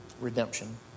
redemption